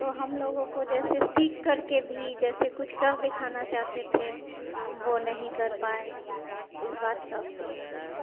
तो हम लोगों को जैसे सीख करके भी जैसे कुछ कर दिखाना चाहते थे वह नहीं कर पाए इस बात का अफसोस है